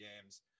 games